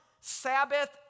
Sabbath